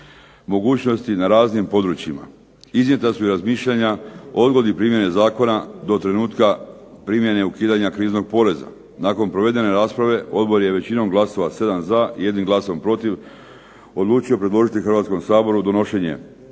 mogućnosti na raznim područjima. Iznijeta su i razmišljanja o odgodi primjene zakona do trenutka primjene ukidanja kriznog poreza. Nakon provedene rasprave odbor je većinom glasova, 7 za i 1 glasom protiv odlučio predložiti Hrvatskom saboru donošenje